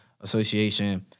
Association